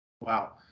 Wow